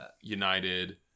United